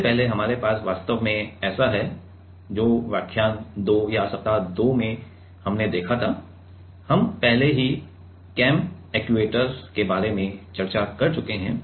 इससे पहले हमारे पास वास्तव में ऐसा है यह व्याख्यान 2 या सप्ताह 2 में है हम पहले ही कैम एक्ट्यूएटर के बारे में चर्चा कर चुके हैं